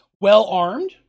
well-armed